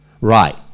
Right